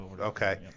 okay